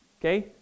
Okay